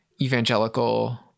evangelical